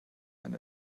ein